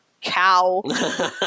cow